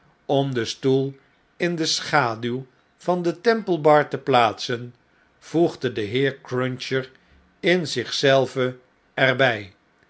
om den stoel in de schaduw van de temple bar te plaatsen voegde de heer cruncher in zich zelven er